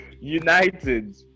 United